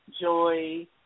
Joy